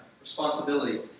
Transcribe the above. responsibility